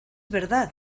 verdad